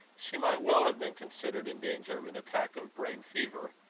she might well have been considered in danger of an attack of brain-fever.